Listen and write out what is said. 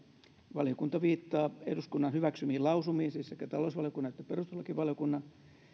valiokunta viittaa eduskunnan hyväksymiin lausumiin siis sekä talousvaliokunnan että perustuslakivaliokunnan